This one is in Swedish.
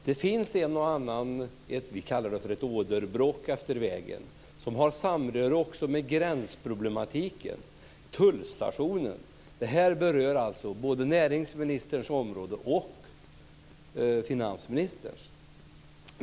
Det finns ett och annat åderbråck, som vi kallar det, efter vägen som har samröre med gränsproblematiken och tullstationen. Frågan berör både näringsministerns och finansministerns områden.